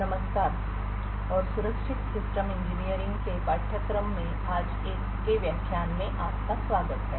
नमस्कार और सुरक्षित सिस्टम इंजीनियरिंग के पाठ्यक्रम में आज के व्याख्यान में आपका स्वागत है